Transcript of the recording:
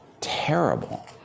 Terrible